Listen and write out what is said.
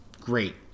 Great